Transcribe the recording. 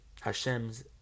Hashem's